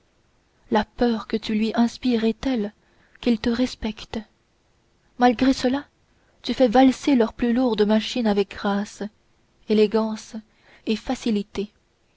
la peur que tu lui inspires est telle qu'ils te respectent malgré cela tu fais valser leurs plus lourdes machines avec grâce élégance et facilité